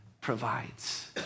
provides